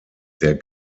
der